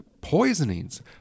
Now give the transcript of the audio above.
Poisonings